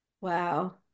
wow